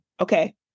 Okay